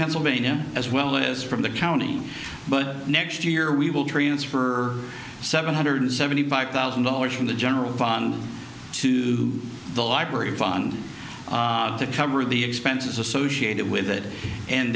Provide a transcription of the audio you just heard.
pennsylvania as well as from the county but next year we will transfer seven hundred seventy five thousand dollars from the general on to the library fund to cover the expenses associated with that and